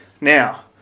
Now